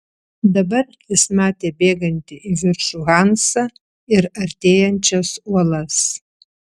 dabar jis matė bėgantį į viršų hansą ir artėjančias uolas